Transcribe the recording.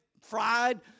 fried